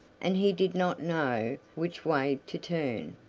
and he did not know which way to turn.